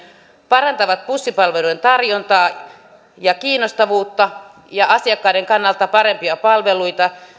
parantavat bussipalveluiden tarjontaa ja kiinnostavuutta ja tarkoittavat asiakkaiden kannalta parempia palveluita